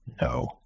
No